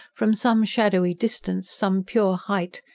from some shadowy distance, some pure height,